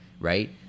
right